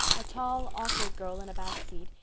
a tall, awkward girl in a back seat,